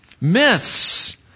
Myths